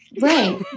right